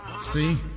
See